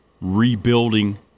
rebuilding